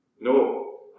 No